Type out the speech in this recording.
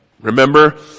remember